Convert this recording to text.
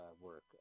work